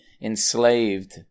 enslaved